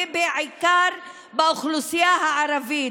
ובעיקר מהאוכלוסייה הערבית.